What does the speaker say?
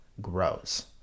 grows